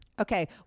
Okay